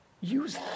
use